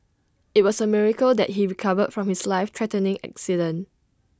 IT was A miracle that he recovered from his life threatening accident